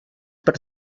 per